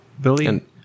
Billy